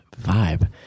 vibe